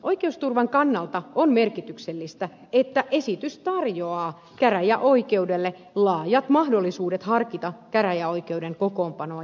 oikeusturvan kannalta on merkityksellistä että esitys tarjoaa käräjäoikeudelle laajat mahdollisuudet harkita käräjäoikeuden kokoonpanoa jatkossa